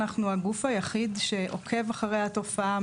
אנחנו הגוף היחיד שעוקב אחריה התופעה,